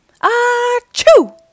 Ah-choo